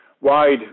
wide